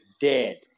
dead